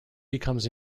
becomes